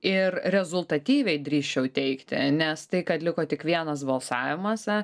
ir rezultatyviai drįsčiau teigti nes tai kad liko tik vienas balsavimas